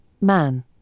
Man